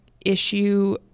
issue